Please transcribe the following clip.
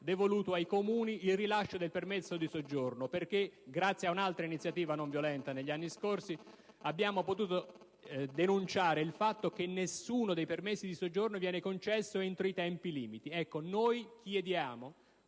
devoluto ai Comuni il compito di rilasciare il permesso di soggiorno, dato che, grazie ad un'altra iniziativa non violenta, negli anni scorsi, abbiamo potuto denunciare il fatto che nessun permesso di soggiorno viene concesso entro il tempo limite. Noi chiediamo